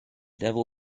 devil